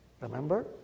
Remember